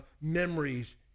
memories